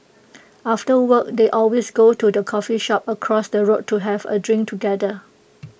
after work they always go to the coffee shop across the road to have A drink together